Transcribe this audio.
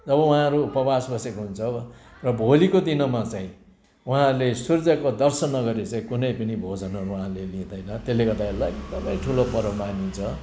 जब उहाँहरू उपवास बसेको हुन्छ र भोलीको दिनमा चाहिँ उहाँहरूले सूर्यको दर्शन नगरी चाहिँ कुनै पनि भोजनहरू उहाँले लिँदैन त्यसले गर्दाखेरि यसलाई एकदमै ठुलो पर्व मानिन्छ